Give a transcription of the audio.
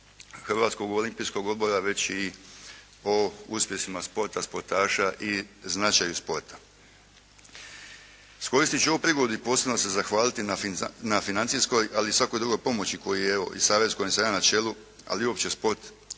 Hrvatskog olimpijskog odbora već i o uspjesima sporta, sportaša i značaju sporta. Iskoristit ću ovu prigodu i posebno se zahvaliti na financijskoj ali i svakoj drugoj pomoći koju evo i savez kojem sam ja na čelu, ali i uopće sport,